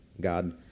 God